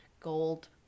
gold